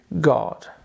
God